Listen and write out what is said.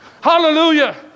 Hallelujah